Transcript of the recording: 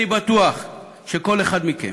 אני בטוח שכל אחד מכם,